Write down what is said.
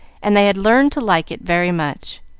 and they had learned to like it very much,